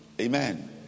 Amen